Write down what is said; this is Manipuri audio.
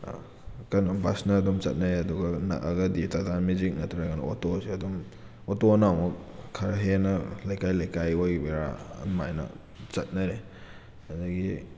ꯀꯩꯅꯣ ꯕꯁꯅ ꯑꯗꯨꯝ ꯆꯠꯅꯩ ꯑꯗꯨꯒ ꯅꯛꯑꯒꯗꯤ ꯇꯇꯥ ꯃꯦꯖꯤꯛ ꯅꯠꯇ꯭ꯔꯒꯅ ꯑꯣꯇꯣꯁꯤꯗ ꯑꯗꯨꯝ ꯑꯣꯇꯣꯅ ꯑꯃꯨꯛ ꯈꯔ ꯍꯦꯟꯅ ꯂꯩꯀꯥꯏ ꯂꯩꯀꯥꯏ ꯑꯣꯕꯩꯔꯥ ꯑꯗꯨꯃꯥꯏꯅ ꯆꯠꯅꯔꯦ ꯑꯗꯒꯤ